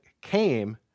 came